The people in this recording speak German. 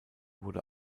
wurde